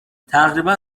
تقریبا